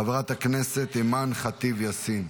חברת הכנסת אימאן ח'טיב יאסין,